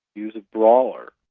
he was a brawler.